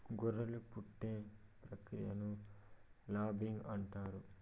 గొర్రెలు పుట్టే ప్రక్రియను ల్యాంబింగ్ అంటారు